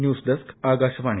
news desk Akashvani